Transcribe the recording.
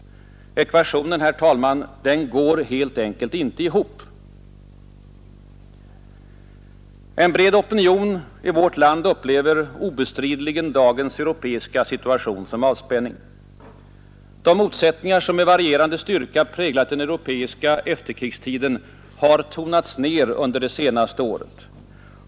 Ekvationen går, herr talman, helt enkelt inte ihop. En bred opinion i vårt land upplever obestridligen dagens europeiska situation som avspänning. De motsättningar som med varierande styrka präglat den europeiska efterkrigstiden har tonats ned under det senaste året.